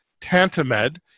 Tantamed